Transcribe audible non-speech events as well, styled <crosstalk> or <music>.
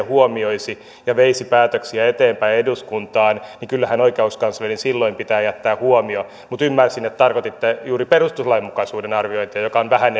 <unintelligible> huomioisi ja veisi päätöksiä eteenpäin eduskuntaan niin kyllähän oikeuskanslerin silloin pitäisi jättää huomio mutta ymmärsin että tarkoititte juuri perustuslainmukaisuuden arviointia joka on vähän <unintelligible>